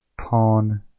Pawn